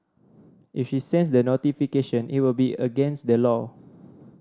if she sends the notification it would be against the law